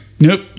Nope